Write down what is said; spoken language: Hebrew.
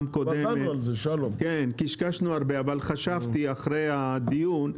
קודמת קשקשנו הרבה אבל חשבתי שוב אחרי הדיון,